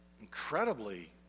incredibly